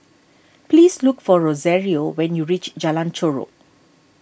please look for Rosario when you reach Jalan Chorak